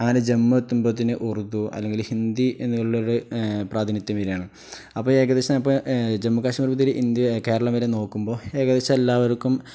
അങ്ങനെ ജമ്മു എത്തുമ്പത്തിന് ഉർദു അല്ലെങ്കിൽ ഹിന്ദി എന്നുള്ള ഒരു പ്രാധിനിധ്യം വരികയാണ് അപ്പം ഏകദേശം അപ്പം ജമ്മു കാശ്മീർ മുതൽ ഇന്ത്യ കേരളം വരെ നോക്കുമ്പോൾ ഏകദേശം എല്ലാവർക്കും